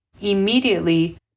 Immediately